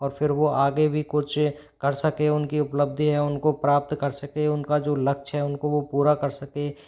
और फ़िर वो आगे भी कुछ कर सके उनकी उपलब्धि है उनको प्राप्त कर सके उनका जो लक्ष्य उनको वो पूरा कर सके